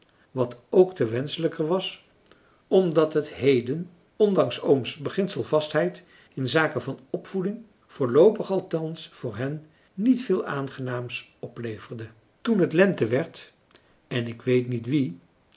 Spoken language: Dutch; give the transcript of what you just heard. wat ook te wenschelijker was omdat het heden ondanks ooms beginselvastheid in zake van opvoeding voorloopig althans voor hen niet veel aangenaams opleverde toen het lente werd en ik weet niet wie